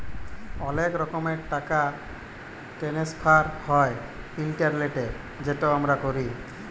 অলেক রকমের টাকা টেনেসফার হ্যয় ইলটারলেটে যেট আমরা ক্যরি